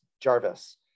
Jarvis